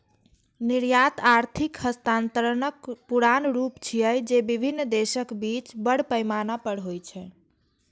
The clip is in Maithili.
निर्यात आर्थिक हस्तांतरणक पुरान रूप छियै, जे विभिन्न देशक बीच बड़ पैमाना पर होइ छै